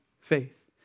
faith